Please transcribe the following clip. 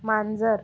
मांजर